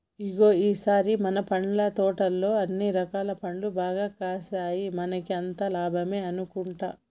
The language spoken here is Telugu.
ఇగో ఈ సారి మన పండ్ల తోటలో అన్ని రకాల పండ్లు బాగా కాసాయి మనకి అంతా లాభమే అనుకుంటా